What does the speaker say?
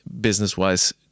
business-wise